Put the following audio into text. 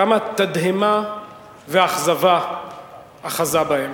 כמה תדהמה ואכזבה אחזה בהם.